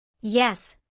Yes